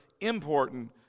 important